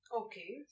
okay